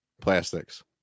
plastics